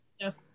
Yes